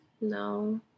No